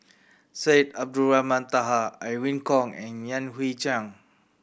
Syed Abdulrahman Taha Irene Khong and Yan Hui Chang